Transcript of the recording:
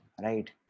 right